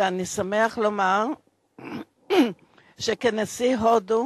ואני שמח לומר שכנשיא הודו